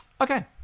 Okay